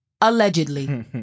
Allegedly